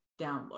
download